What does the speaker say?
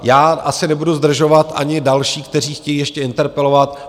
Já asi nebudu zdržovat ani další, kteří chtějí ještě interpelovat.